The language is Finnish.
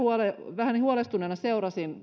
vähän huolestuneena seurasin